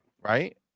right